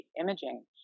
imaging